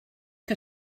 que